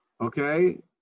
okay